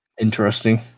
interesting